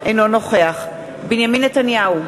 אינו נוכח בנימין נתניהו,